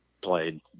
played